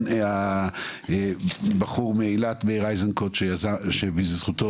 מאיר אייזנקוט בזכותו